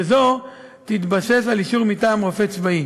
וזו תתבסס על אישור מטעם רופא צבאי.